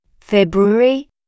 February